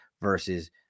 versus